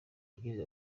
yagize